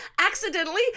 accidentally